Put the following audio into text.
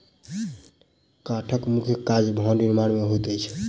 काठक मुख्य काज भवन निर्माण मे होइत अछि